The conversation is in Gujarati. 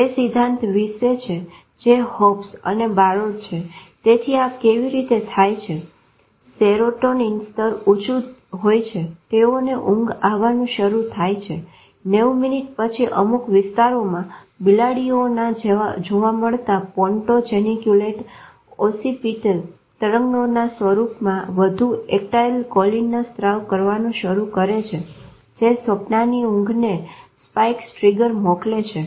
તે સિદ્ધાંત વિશે છે જે હોપ્સ અને બરોડ છે તેથી આ કેવી રીતે થાય છે સેરોટીન સ્તર ઉચ્ચું હોય છે તેઓને ઊંઘ આવાનું શરુ થાય છે 90 મિનીટ પછી અમુક વિસ્તારોમાં બિલાડીઓના જોવા મળતા પોન્ટો જેનીક્યુલો ઓસીપીટલ તરંગોના સ્વરૂપમાં વધુ એકટાયલ કોલીન સ્ત્રાવ કરવાનું શરુ કરે છે જે સ્વપ્નાની ઊંઘને સ્પાઈક્સ ટ્રીગર મોકલે છે